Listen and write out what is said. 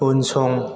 उनसं